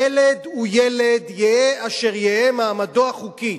ילד הוא ילד, יהא אשר יהא מעמדו החוקי.